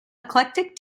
eclectic